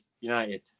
United